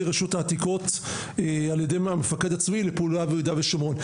רשות העתיקות על ידי המפקח הצבאי לפעולה ביהודה ושומרון.